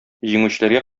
җиңүчеләргә